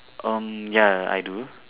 um ya I do